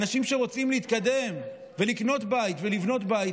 אנשים שרוצים להתקדם ולקנות בית ולבנות בית,